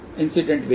incident wave